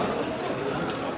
נתקבל.